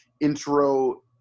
intro